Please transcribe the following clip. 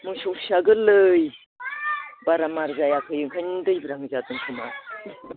मोसौ फिसा गोरलै बारा मार जायाखै ओंखायनो दैब्रां जादों खोमा